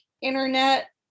internet